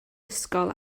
ysgol